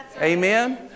Amen